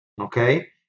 okay